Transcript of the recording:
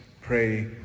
pray